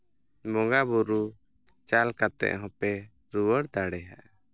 ᱵᱚᱸᱜᱟᱼᱵᱩᱨᱩ ᱪᱟᱞ ᱠᱟᱛᱮᱫ ᱦᱚᱸᱯᱮ ᱨᱩᱣᱟᱹᱲ ᱫᱟᱲᱮᱭᱟᱜᱼᱟ